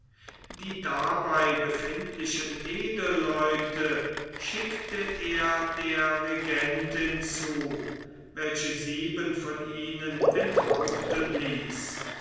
die dabei befindlichen edelleute schickte er der regentin zu welche sieben von ihnen enthaupten ließ